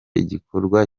igikorwa